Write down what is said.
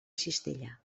cistella